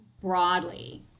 broadly